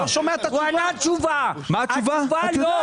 הוא ענה תשובה, התשובה לא.